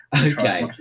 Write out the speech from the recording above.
Okay